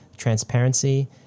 transparency